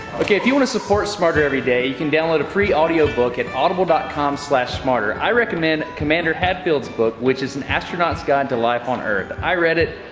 ok if you wanna support smarter every day you can download a free audio book at audible dot com slash smarter i recommend commander hadfield's book which is an astronaut's guide to life on earth. i read it,